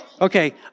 Okay